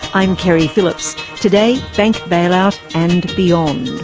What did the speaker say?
i'm keri phillips. today, bank bailout and beyond.